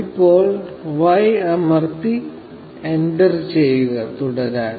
ഇപ്പോൾ y അമർത്തി enter ചെയ്യുക തുടരാൻ